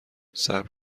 صبر